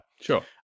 Sure